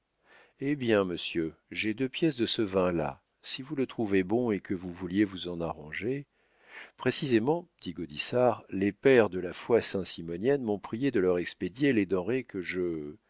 hé bien monsieur j'ai deux pièces de ce vin là si vous le trouvez bon et que vous vouliez vous en arranger précisément dit gaudissart les pères de la foi saint simonienne m'ont prié de leur expédier les denrées que je